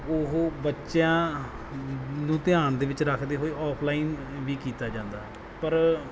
ਉਹ ਬੱਚਿਆਂ ਨੂੰ ਧਿਆਨ ਦੇ ਵਿੱਚ ਰੱਖਦੇ ਹੋਏ ਅੋਫਲਾਈਨ ਵੀ ਕੀਤਾ ਜਾਂਦਾ ਪਰ